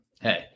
Hey